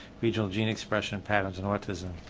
regional gene expression patterns in autism.